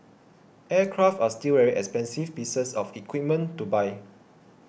aircraft are still very expensive pieces of equipment to buy